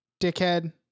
dickhead